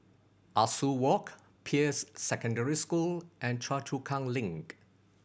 Ah Soo Walk Peirce Secondary School and Choa Chu Kang Link